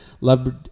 Love